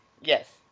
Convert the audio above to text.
Yes